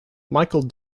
michael